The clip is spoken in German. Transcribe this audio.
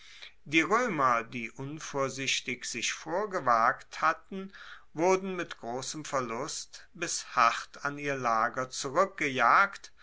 die roemer die unvorsichtig sich vorgewagt hatten wurden mit grossem verlust bis hart an ihr lager